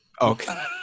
Okay